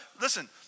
Listen